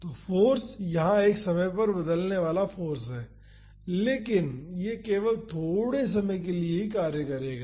तो फाॅर्स यहाँ एक समय पर बदलने वाला फाॅर्स है लेकिन यह केवल थोड़े समय के लिए ही कार्य करेगा